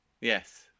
Yes